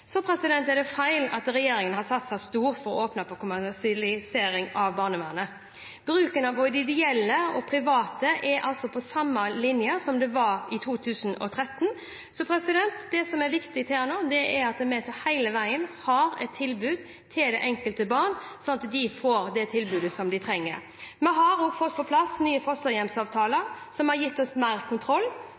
er feil at regjeringen har satset stort på å åpne for kommersialisering av barnevernet. Bruken av både ideelle og private er på samme linje som det var i 2013. Det som er viktig her nå, er at vi hele veien har et tilbud til det enkelte barn, sånn at de får det tilbudet de trenger. Vi har også fått på plass nye fosterhjemsavtaler som har gitt oss mer kontroll